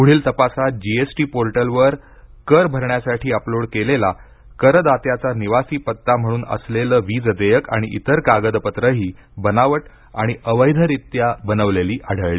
पुढील तपासात GST portal वर कर भरण्यासाठी अपलोड केलेला करदात्याचा निवासी पत्ता म्हणून असलेलं वीजदेयक आणि इतर कागदपत्रही बनावट आणि अवैधरीत्या बनविलेली आढळली